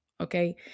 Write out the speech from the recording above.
okay